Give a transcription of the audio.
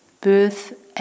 Birth